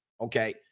okay